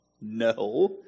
no